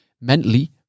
mentally